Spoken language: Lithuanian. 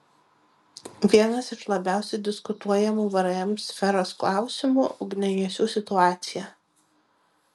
vienas iš labiausiai diskutuojamų vrm sferos klausimų ugniagesių situacija